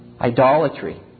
Idolatry